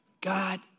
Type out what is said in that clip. God